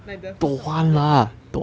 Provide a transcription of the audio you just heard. like the first term of this year can already